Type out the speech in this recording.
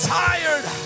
tired